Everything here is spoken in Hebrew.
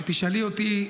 שתשאלי אותי,